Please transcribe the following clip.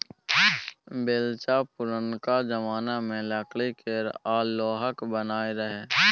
बेलचा पुरनका जमाना मे लकड़ी केर आ लोहाक बनय रहय